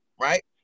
right